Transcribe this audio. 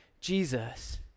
Jesus